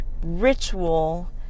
ritual